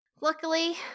Luckily